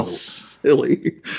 silly